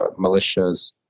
militias